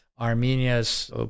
Armenia's